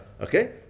Okay